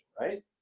right